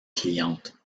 clientes